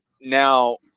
Now